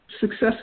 success